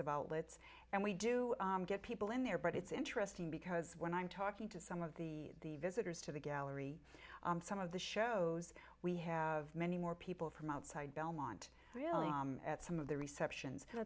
of outlets and we do get people in there but it's interesting because when i'm talking to some of the the visitors to the gallery some of the shows we have many more people from outside belmont really at some of the reception